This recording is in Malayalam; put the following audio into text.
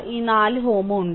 ഈ 4Ω ഉണ്ട്